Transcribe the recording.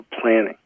planning